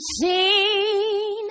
seen